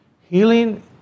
Healing